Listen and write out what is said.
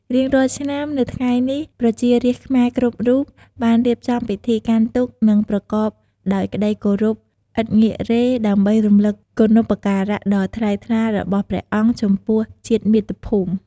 រៀងរាល់ឆ្នាំ នៅថ្ងៃនេះ ប្រជារាស្ត្រខ្មែរគ្រប់រូបបានរៀបចំពិធីកាន់ទុក្ខ និងប្រកបដោយក្ដីគោរពឥតងាករេ ដើម្បីរំលឹកគុណូបការៈដ៏ថ្លៃថ្លារបស់ព្រះអង្គចំពោះជាតិមាតុភូមិ។